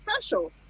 special